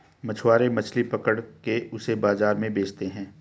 मछुआरे मछली पकड़ के उसे बाजार में बेचते है